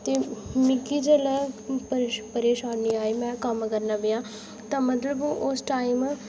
ते मिगी जेल्लै परेशानी आई में कम्म करना पेआ तां मतलब ओह् उस टाइम